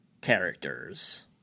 characters